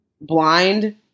blind